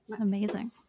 amazing